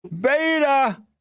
beta